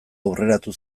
aurreratu